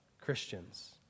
Christians